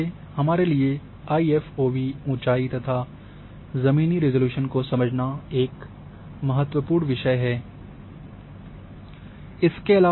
तो इसलिए हमारे लिए आईएफओवी ऊंचाई तथा जमीनी रिज़ॉल्यूशन को समझना एक महत्वपूर्ण विषय है